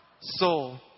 soul